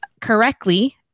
correctly